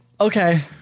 Okay